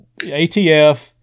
ATF